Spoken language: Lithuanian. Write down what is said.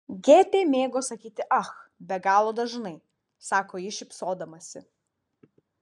gėtė mėgo sakyti ach be galo dažnai sako ji šypsodamasi